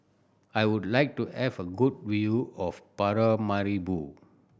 I would like to have a good view of Paramaribo